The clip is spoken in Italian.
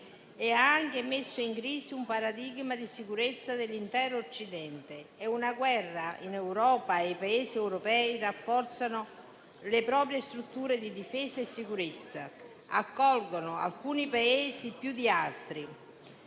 e ha anche messo in crisi il paradigma di sicurezza dell'intero Occidente. È una guerra in Europa e i Paesi europei rafforzano le proprie strutture di difesa e sicurezza, accolgono - alcuni Paesi più di altri